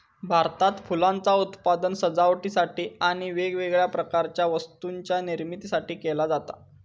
भारतात फुलांचा उत्पादन सजावटीसाठी आणि वेगवेगळ्या प्रकारच्या वस्तूंच्या निर्मितीसाठी केला जाता